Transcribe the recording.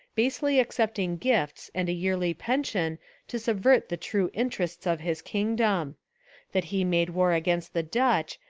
basely accepting gifts and a yearly pension to subvert the true interests of his kingdom that he made war against the dutch,